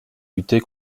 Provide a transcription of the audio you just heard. lutter